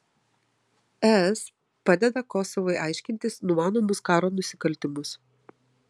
es padeda kosovui aiškintis numanomus karo nusikaltimus